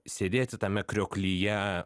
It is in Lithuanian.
sėdėti tame krioklyje